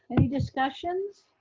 any discussions